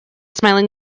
smiling